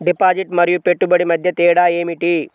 Deposit మరియు పెట్టుబడి మధ్య తేడా ఏమిటి?